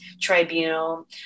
tribunal